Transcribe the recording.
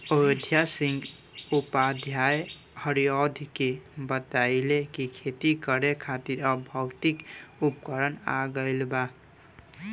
अयोध्या सिंह उपाध्याय हरिऔध के बतइले कि खेती करे खातिर अब भौतिक उपकरण आ गइल बा